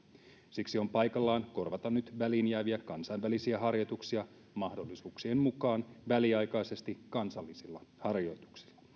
siksi on paikallaan korvata nyt väliin jääviä kansainvälisiä harjoituksia mahdollisuuksien mukaan väliaikaisesti kansallisilla harjoituksilla